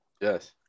Yes